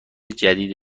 جدید